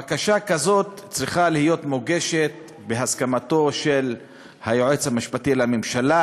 בקשה כזאת צריכה להיות מוגשת בהסכמתו של היועץ המשפטי לממשלה,